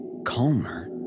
calmer